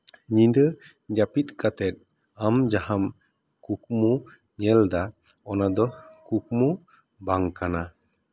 ᱧᱤᱫᱟᱹ ᱡᱟᱹᱯᱤᱫ ᱠᱟᱛᱮᱫ ᱟᱢ ᱡᱟᱦᱟᱢ ᱠᱩᱠᱢᱩ ᱧᱮᱞᱫᱟ ᱚᱱᱟᱫᱚ ᱠᱩᱠᱢᱩ ᱵᱟᱝ ᱠᱟᱱᱟ